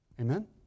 Amen